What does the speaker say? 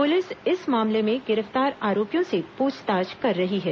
police इस मामले में गिरफ्तार आरोपियों से पूछताछ कर रही है